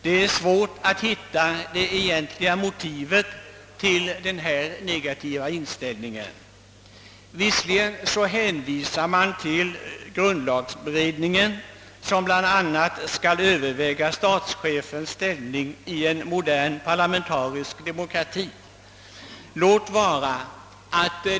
Det är svårt att hitta det egentliga motivet till denna negativa inställning. Majoriteten hänvisar till grundlagberedningen, som bl.a. skall överväga frågan om statschefens ställning i en modern parlamentarisk demokrati.